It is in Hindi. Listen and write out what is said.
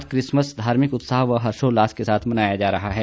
आज क्रिसमस धार्मिक उत्साह व हर्षोल्लास से मनाया जा रहा है